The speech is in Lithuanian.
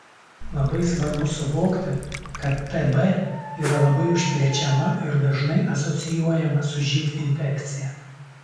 labai svarbu suvokti kad tb yra labai užkrečiama ir dažnai asocijuojama su živ infekcija